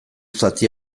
zati